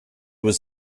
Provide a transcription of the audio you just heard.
was